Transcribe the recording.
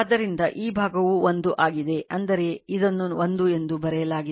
ಆದ್ದರಿಂದ ಈ ಭಾಗವು 1 ಆಗಿದೆ ಅಂದರೆ ಇದನ್ನು 1 ಎಂದು ಬರೆಯಲಾಗಿದೆ